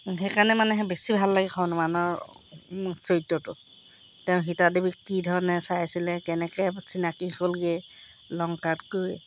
সেইকাৰণে মানে বেছি ভাল লাগে হনুমানৰ চৰিত্ৰটো তেওঁ সীতাদেৱীক কি ধৰণে চাইছিলে কেনেকৈ চিনাকি হ'লগৈ লংকাত গৈ